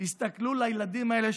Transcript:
תסתכלו על הילדים האלה,